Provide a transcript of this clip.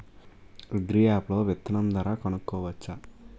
Agri app లో విత్తనం ధర కనుకోవచ్చా?